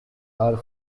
are